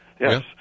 Yes